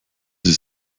sie